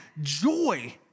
joy